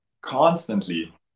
constantly